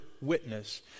witness